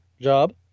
job